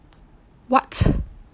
what